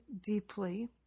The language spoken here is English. deeply